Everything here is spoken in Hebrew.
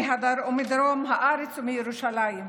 בדרום הארץ ובירושלים.